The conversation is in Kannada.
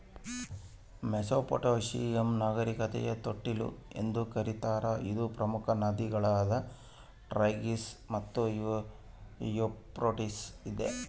ಮೆಸೊಪಟ್ಯಾಮಿಯಾ ನಾಗರಿಕತೆಯ ತೊಟ್ಟಿಲು ಎಂದು ಕರೀತಾರ ಇದು ಪ್ರಮುಖ ನದಿಗಳಾದ ಟೈಗ್ರಿಸ್ ಮತ್ತು ಯೂಫ್ರಟಿಸ್ ಇದೆ